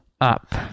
up